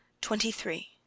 Twenty-three